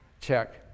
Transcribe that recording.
check